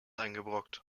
eingebrockt